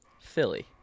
Philly